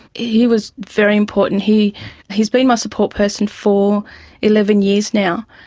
he was very important. he has been my support person for eleven years now.